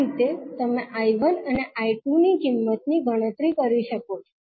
આ રીતે તમે 𝐈1 અને 𝐈2 ની કિંમતની ગણતરી કરી શકો છો